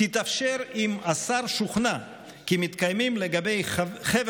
תתאפשר אם השר שוכנע כי מתקיימים לגבי "חבר